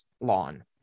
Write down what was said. lawn